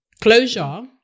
Closure